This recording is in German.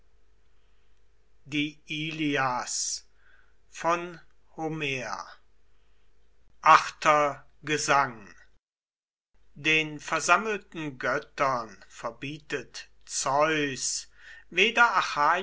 achter gesang den versammelten göttern verbietet zeus weder